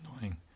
annoying